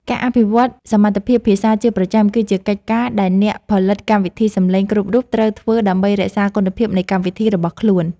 ការអភិវឌ្ឍសមត្ថភាពភាសាជាប្រចាំគឺជាកិច្ចការដែលអ្នកផលិតកម្មវិធីសំឡេងគ្រប់រូបត្រូវធ្វើដើម្បីរក្សាគុណភាពនៃកម្មវិធីរបស់ខ្លួន។